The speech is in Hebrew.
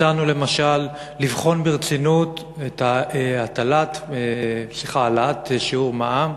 הצענו למשל לבחון ברצינות את העלאת שיעור המע"מ